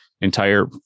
entire